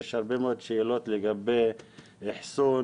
יש הרבה מאוד שאלות לגבי אחסון,